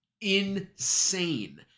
insane